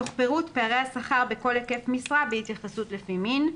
תוך פירוט פערי השכר בכל היקף משרה בהתייחסות לפי מין.